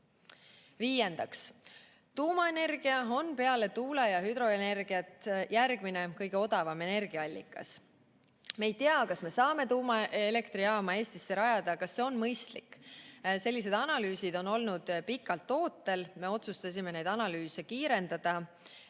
märtsis. Viiendaks, tuumaenergia on peale tuule- ja hüdroenergiat järgmine kõige odavam energiaallikas. Me ei tea, kas me saame tuumaelektrijaama Eestisse rajada, kas see on mõistlik. Selliseid analüüsid on olnud pikalt ootel, me otsustasime neid analüüse kiirendada